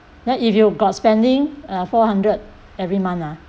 now if you got spending uh four hundred every month ah